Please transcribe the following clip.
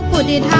um wounded